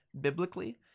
biblically